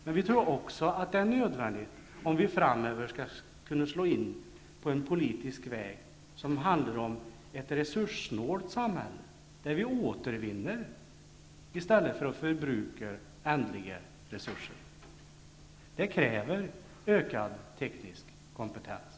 Men vi tror också att det är nödvändigt om vi framöver skall kunna slå in på en politisk väg mot ett resurssnålt samhälle, där vi återvinner i stället för att förbruka ändliga resurser. Detta kräver ökad teknisk kompetens.